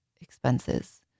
expenses